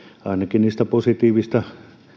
ainakin niistä positiivisista